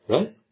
Right